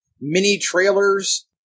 mini-trailers